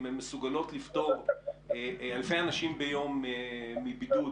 אם הן מסוגלות לפטור אלפי אנשים ביום מבידוד,